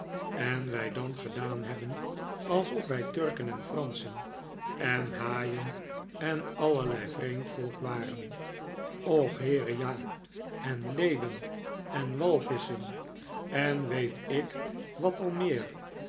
en wij dan gedaan hebben alsof wij turken en franschen en haaien en allerlei vreemd volk waren och heere ja en leeuwen en walvisschen en weet ik wat al meer